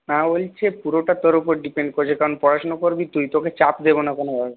মা বলছে পুরোটা তোর উপর ডিপেন্ড করছে কারন পড়াশুনা করবি তুই তোকে চাপ দেবো না কোন ভাবে